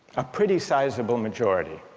a pretty sizable majority.